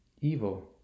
Evil